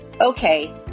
Okay